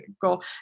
goal